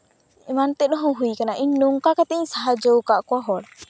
ᱮᱢᱟᱱ ᱛᱮᱫ ᱦᱚᱸ ᱦᱩᱭ ᱠᱟᱱᱟ ᱤᱧ ᱱᱚᱝᱠᱟ ᱠᱟᱛᱮᱧ ᱥᱟᱦᱟᱡᱡᱚ ᱠᱟᱫ ᱠᱚᱣᱟ ᱦᱚᱲ